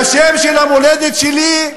והשם של המולדת שלי,